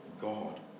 God